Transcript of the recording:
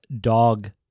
dog